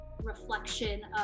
reflection